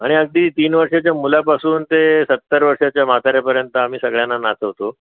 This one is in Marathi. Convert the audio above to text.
आणि अगदी तीन वर्षाच्या मुलापासून ते सत्तर वर्षाच्या म्हाताऱ्यापर्यंत आम्ही सगळ्यांना नाचवतो